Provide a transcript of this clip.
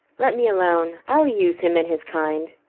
let me alone i'll use him in his kind.